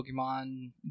Pokemon